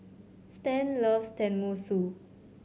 Stan loves Tenmusu